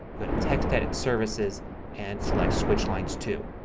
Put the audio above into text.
go to textedit services and select switch lines two.